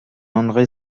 andré